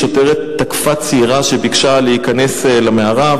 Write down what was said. שוטרת תקפה צעירה שביקשה להיכנס למערה,